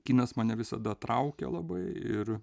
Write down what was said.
kinas mane visada traukė labai ir